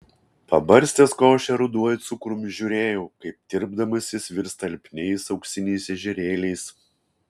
pabarstęs košę ruduoju cukrumi žiūrėjau kaip tirpdamas jis virsta lipniais auksiniais ežerėliais